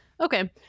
okay